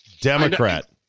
Democrat